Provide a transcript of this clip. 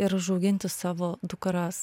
ir užauginti savo dukras